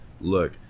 Look